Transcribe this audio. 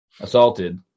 assaulted